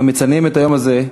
אנחנו מציינים את היום הזה,